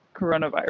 coronavirus